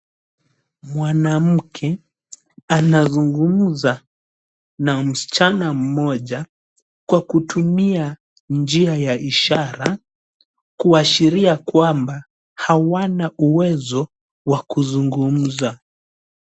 Mwanamke anazungumza na msichana mmoja kwa kutumia njia ya ishara kuashria kwamba hawana uwezo wa kuzungumza.